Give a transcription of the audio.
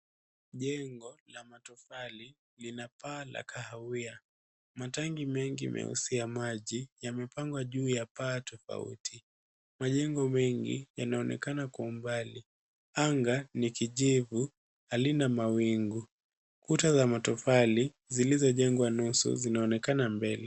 Jengo la matofali lina paa la kahawia. Matanki mengi meusi ya maji yamepangwa juu ya paa tofauti. Majengo mengi yanaonekana kwa umbali. Anga ni kijivu, halina mawingu. Kuta za matofali zilizojengwa nusu zinaonekana mbele.